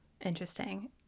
Interesting